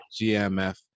gmf